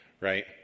right